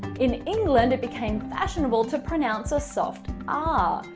in england it became fashionable to pronounce a soft ah